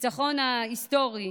הניצחון ההיסטורי